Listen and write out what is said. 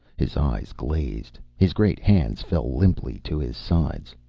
his eyes glazed, his great hands fell limply to his sides.